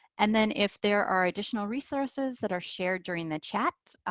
and then if there are additional resources that are shared during the chat.